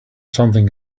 something